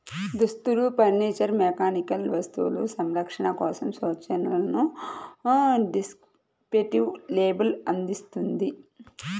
దుస్తులు, furniture, mechanical వస్తువులు, సంరక్షణ కోసం సూచనలను డిస్క్రిప్టివ్ లేబుల్ అందిస్తుంది